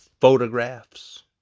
photographs